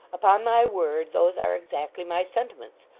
upon my word, those are exactly my sentiments,